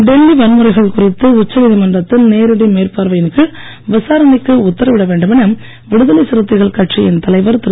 டெல்லி வன்முறைகள் குறித்து உச்ச நீதிமன்றத்தின் நேரடி மேற்பார்வையின் கீழ் விசாரணைக்கு உத்தரவிட வேண்டுமென விடுதலை சிறுத்தைகள் கட்சியின் தலைவர் திரு